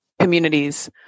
communities